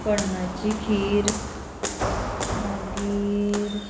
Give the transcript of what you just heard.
कणंगाची खीर मागीर